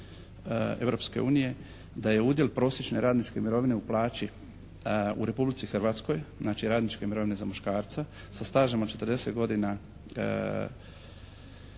da je udjel prosječne radničke mirovine u plaći u Republici Hrvatskoj, znači radničke mirovine za muškarca sa stažom od 40 godina